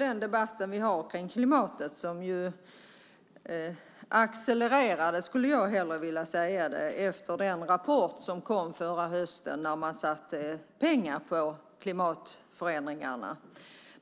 Den debatt vi har om klimatet accelererade efter den rapport som kom förra hösten då man satte pengar på klimatförändringarna